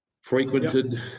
frequented